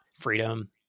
freedom